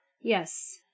Yes